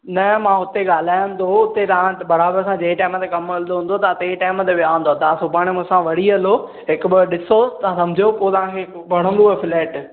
न मां हुते ॻाल्हाया थो हुते तव्हां बराबर सा जे टाइम ते कमु हलदो हूंदो तां ते टाइम ते विया हूंदो तां सुभाणे मूंसा वरी हलो हिकु ॿ ॾिसो तां समझो पोइ तव्हांखे वणंदव फ़्लैट